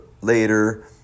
later